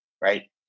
right